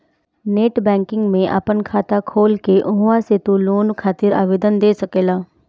net banking में आपन खाता खोल के उहवा से तू लोन खातिर आवेदन दे सकेला